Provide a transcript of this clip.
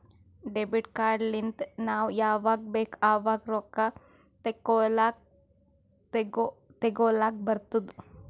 debit card ಲಿಂತ್ ನಾವ್ ಯಾವಾಗ್ ಬೇಕ್ ಆವಾಗ್ ರೊಕ್ಕಾ ತೆಕ್ಕೋಲಾಕ್ ತೇಕೊಲಾಕ್ ಬರ್ತುದ್